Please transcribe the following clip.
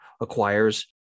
acquires